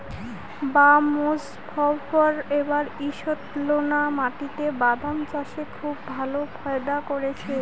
বাঃ মোজফ্ফর এবার ঈষৎলোনা মাটিতে বাদাম চাষে খুব ভালো ফায়দা করেছে